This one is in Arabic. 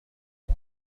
كان